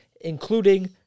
including